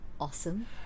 awesome